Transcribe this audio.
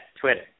Twitter